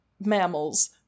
mammals